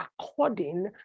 according